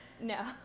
No